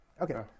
Okay